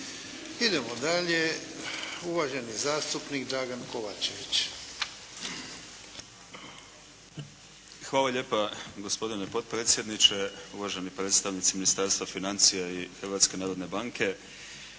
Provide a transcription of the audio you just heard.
Idemo dalje. Uvaženi zastupnik Dragan Kovačević. **Kovačević, Dragan (HDZ)** Hvala lijepa. Gospodine potpredsjedniče, uvaženi predstavnici Ministarstva financija i Hrvatske narodne banke.